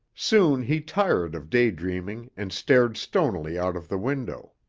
soon he tired of daydreaming and stared stonily out of the window.